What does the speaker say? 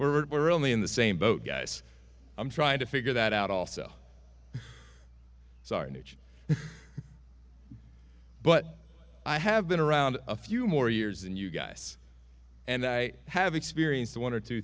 word we're only in the same boat guess i'm trying to figure that out also sorry but i have been around a few more years than you guys and i have experienced one or two